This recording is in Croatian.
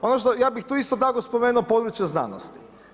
Ono što, ja bih tu isto tako spomenuo područje znanosti.